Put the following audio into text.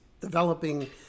developing